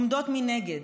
עומדות מנגד.